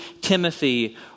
Timothy